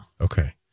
Okay